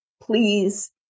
please